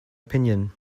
opinion